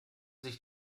sich